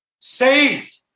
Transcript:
Saved